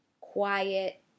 quiet